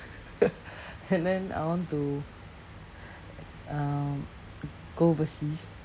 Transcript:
and then I want to um go overseas